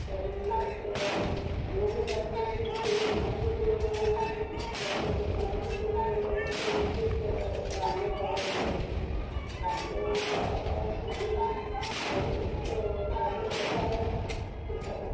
तर्हि अत्र योगशास्त्रस्य विषये महत्वपूर्ण वक्तव्यं महत्वपूर्णतया वक्तव्यं चेत् रामदेवबाबा इति अस्ति रामदेवबाबा स्वामिना बहु तस्य प्रसारः कृतः